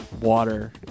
water